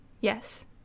Yes